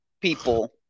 people